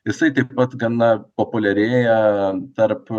jisai taip pat gana populiarėja tarp